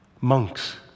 Monks